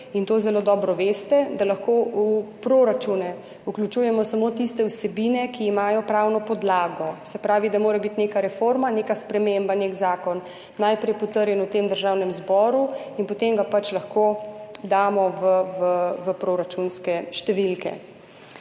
in to zelo dobro veste, da lahko v proračune vključujemo samo tiste vsebine, ki imajo pravno podlago, se pravi mora biti neka reforma, neka sprememba, nek zakon najprej potrjen v Državnem zboru in potem ga pač lahko damo v proračunske številke.